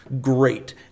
great